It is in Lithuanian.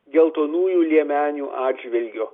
geltonųjų liemenių atžvilgiu